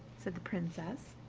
said the princess,